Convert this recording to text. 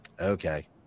Okay